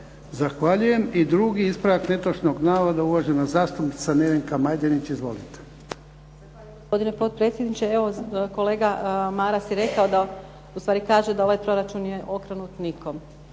Zahvaljujem. I drugi ispravak netočnog navoda, i uvaženi zastupnik Zoran Vinković. Izvolite.